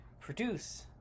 Produce